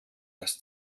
das